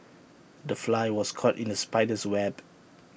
the fly was caught in the spider's web